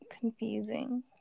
confusing